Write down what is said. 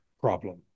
problem